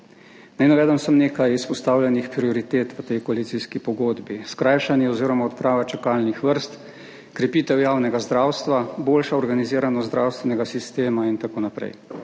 Naj navedem samo nekaj izpostavljenih prioritet v tej koalicijski pogodbi: skrajšanje oziroma odprava čakalnih vrst, krepitev javnega zdravstva, boljša organiziranost zdravstvenega sistema in tako naprej.